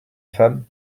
femme